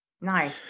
Nice